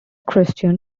christian